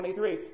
23